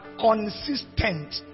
consistent